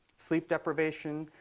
sleep deprivation,